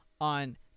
on